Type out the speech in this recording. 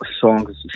songs